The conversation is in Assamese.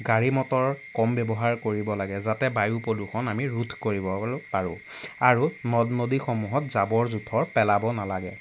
গাড়ী মটৰ কম ব্যৱহাৰ কৰিব লাগে যাতে বায়ু প্ৰদূষণ আমি ৰোধ কৰিব পাৰোঁ আৰু নদ নদীসমূহত জাবৰ জোথৰ পেলাব নালাগে